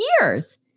years